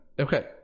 Okay